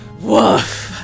Woof